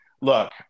look